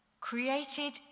created